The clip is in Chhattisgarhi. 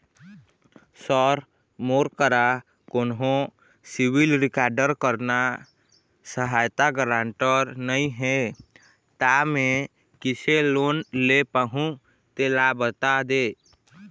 सर मोर करा कोन्हो सिविल रिकॉर्ड करना सहायता गारंटर नई हे ता मे किसे लोन ले पाहुं तेला बता दे